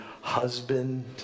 husband